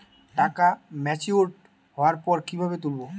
টাকা ম্যাচিওর্ড হওয়ার পর কিভাবে তুলব?